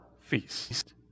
feast